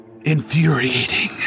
infuriating